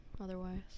otherwise